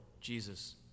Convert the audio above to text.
Jesus